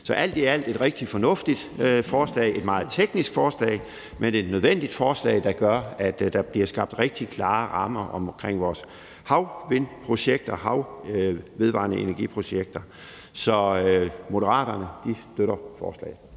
Så alt i alt er det et rigtig fornuftigt forslag. Det er et meget teknisk forslag, men et nødvendigt forslag, der gør, at der bliver skabt rigtig klare rammer omkring vores vedvarende energi-projekter inden for havvind. Så Moderaterne støtter forslaget.